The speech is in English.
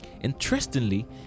Interestingly